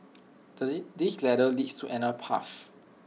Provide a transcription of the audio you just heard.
this ladder leads to another path